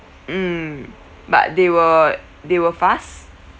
mm but they were they were fast